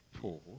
poor